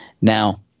Now